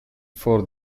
for